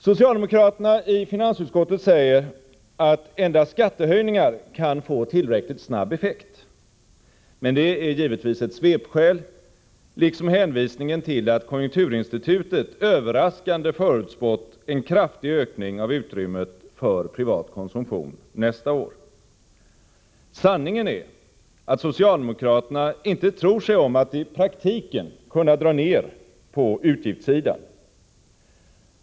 Socialdemokraterna i finansutskottet säger att endast skattehöjningar kan få tillräckligt snabb effekt. Men det är givetvis ett svepskäl, liksom hänvisningen till att konjunkturinstitutet överraskande förutspått en kraftig ökning av utrymmet för privat konsumtion nästa år. Sanningen är att socialdemokraterna inte tror sig om att i praktiken kunna dra ner på utgiftssidan.